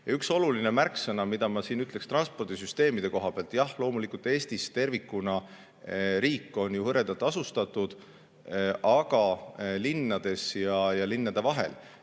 üks oluline märksõna, mida ma ütleksin transpordisüsteemide kohta. Jah, loomulikult, Eesti tervikuna on hõredalt asustatud, aga linnades ja linnade vahel,